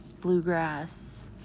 bluegrass